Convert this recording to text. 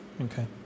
Okay